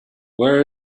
where